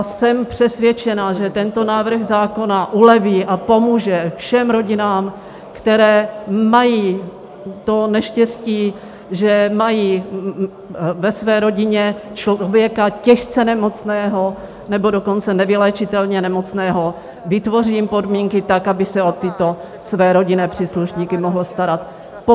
Jsem přesvědčena, že tento návrh zákona uleví a pomůže všem rodinám, které mají to neštěstí, že mají ve své rodině člověka těžce nemocného, nebo dokonce nevyléčitelně nemocného, vytvoří jim podmínky tak, aby se o tyto své rodinné příslušníky mohli starat.